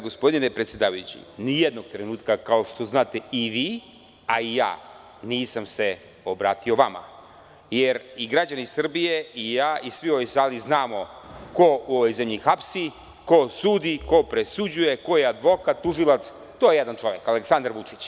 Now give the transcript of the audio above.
Gospodine predsedavajući, nijednog trenutka, kao što znate i vi, a i ja, nisam se obratio vama, jer i građani Srbije i ja i svi u sali znamo ko u ovoj zemlji hapsi, ko sudi, ko presuđuje, ko je advokat, tužilac, to je jedan čovek, Aleksandar Vučić.